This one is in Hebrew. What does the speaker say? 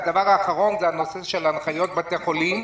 והדבר האחרון הוא נושא הנחיות בתי חולים.